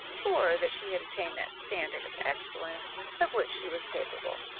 or that she had attained that standard of excellence of which she was capable.